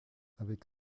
avec